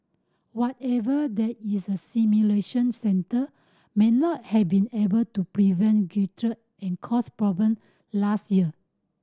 whatever there is a simulation centre may not have been able to prevent and caused problem last year